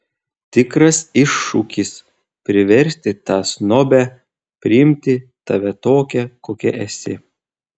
tikras iššūkis priversti tą snobę priimti tave tokią kokia esi